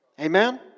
Amen